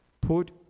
put